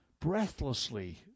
breathlessly